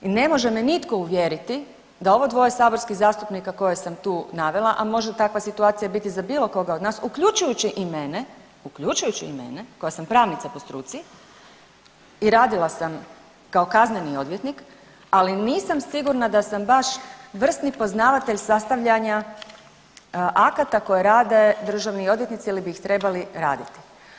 I ne može me nitko uvjeriti da ovo dvoje saborskih zastupnika koje sam tu navela, a može takva situacija biti za bilo koga od nas, uključujući i mene, uključujući mene koja sam pravnica po struci i radila sam kao kazneni odvjetnik, ali nisam sigurna da sam baš vrsni poznavatelj sastavljanja akata koje rade državni odvjetnici ili bi ih trebali raditi.